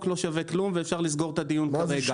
לא שווה כלום ואפשר לסגור את הדיון כרגע.